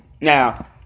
now